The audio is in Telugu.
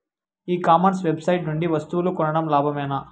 ఈ కామర్స్ వెబ్సైట్ నుండి వస్తువులు కొనడం లాభమేనా?